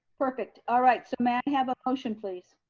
perfect, all right, so may i have a motion please?